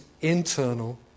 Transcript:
internal